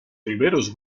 primeros